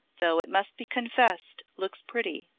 though it must be confessed looks pretty.